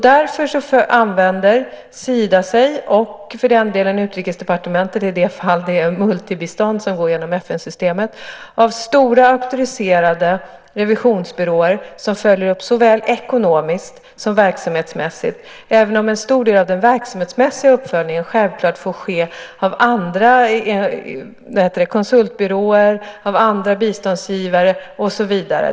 Därför använder sig Sida, och för den delen Utrikesdepartementet i de fall det är multibistånd som går genom FN-systemet, av stora auktoriserade revisionsbyråer som följer upp såväl ekonomiskt som verksamhetsmässigt, även om en stor del av den verksamhetsmässiga uppföljningen självklart får göras av andra konsultbyråer, andra biståndsgivare och så vidare.